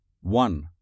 one